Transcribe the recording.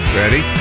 Ready